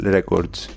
Records